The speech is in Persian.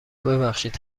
ببخشید